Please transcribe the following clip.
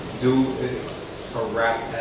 do a rap